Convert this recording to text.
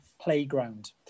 Playground